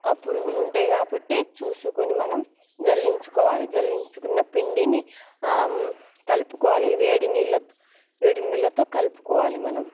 ఆ పురుగులు ఉంటాయి కాబట్టి చూసుకొని మనం జల్లించుకోవాలి జల్లించుకున్న పిండిని కలుపుకోవాలి వేడి నీళ్ళతో వేడి నీళ్ళతో కలుపుకోవాలి మనం